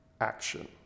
action